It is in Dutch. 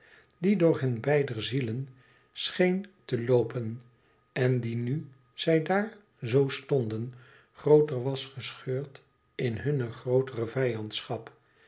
die door hun beider zielen scheen te loopen en die nu zij daar zoo stonden grooter was gescheurd in hunne grootere